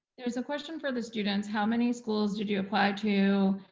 there was a question for the students, how many schools did you apply to,